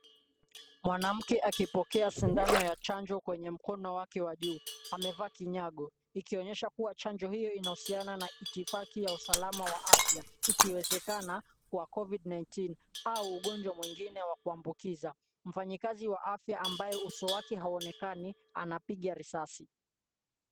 Mwanamke akipokea sindano ya chanjo kwenye mkono wake wa juu, amevaa kinyago, ikionyesha kuwa chanjo hiyo inahusiana na hitifaki za usalama wa afya, ikiwezekana wa Covid-19 au ugonjwa mwingine wa kuambukiza. Mfanyikazi wa afya, ambaye uso wake hauonekani, anampiga sindano.